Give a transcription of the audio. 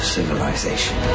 Civilization